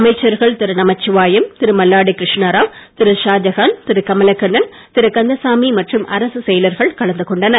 அமைச்சர்கள் திரு நமச்சிவாயம் திரு மல்லாடி கிருஷ்ணராவ் திரு ஷாஜகான் திரு கமலக்கண்ணன் திரு கந்தசாமி மற்றும் அரசுச் செயலர்கள் கலந்து கொண்டனர்